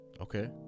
Okay